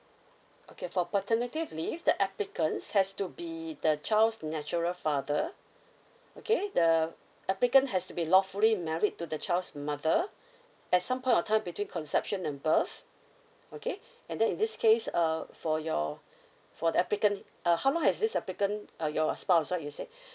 okay for paternity leave the applicant has to be the child's natural father okay the applicant has to be lawfully married to the child's mother at some point of time between conception and birth okay and then in this case uh for your for the applicant uh how long has this applicant uh your spouse sorry you say